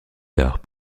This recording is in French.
tard